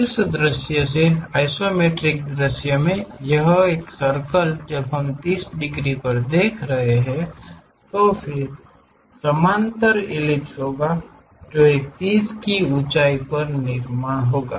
शीर्ष दृश्य से आइसोमेट्रिक दृश्य में यह सर्कल जब हम 30 डिग्री पर देख रहे हैं तो फिर से समानांतर इलिप्स होगा जो एक 30 की ऊंचाई पर निर्माण करना है